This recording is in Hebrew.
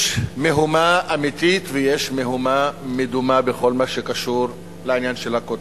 יש מהומה אמיתית ויש מהומה מדומה בכל מה שקשור לעניין של ה"קוטג'".